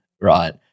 right